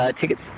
Tickets